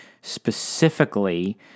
specifically